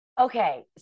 Okay